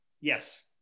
Yes